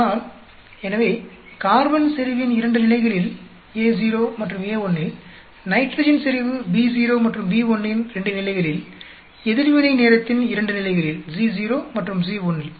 ஆனால் எனவே கார்பன் செறிவின் 2 நிலைகளில் Ao மற்றும் A1 இல் நைட்ரஜன் செறிவு Bo மற்றும் B1 இன் 2 நிலைகளில் எதிர்வினை நேரத்தின் 2 நிலைகளில் Co மற்றும் C1ல்